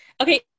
Okay